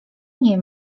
nie